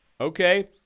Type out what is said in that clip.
Okay